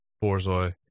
Borzoi